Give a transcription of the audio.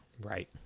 Right